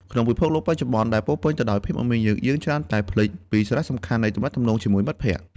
ក្នុងពិភពលោកបច្ចុប្បន្នដែលពោរពេញដោយភាពមមាញឹក យើងច្រើនតែភ្លេចពីសារៈសំខាន់នៃការទំនាក់ទំនងជាមួយមិត្តភក្តិ។